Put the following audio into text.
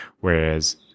whereas